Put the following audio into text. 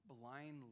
blindly